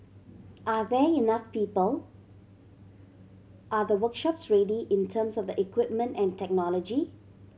are there enough people are the workshops ready in terms of the equipment and technology